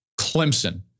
Clemson